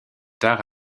tard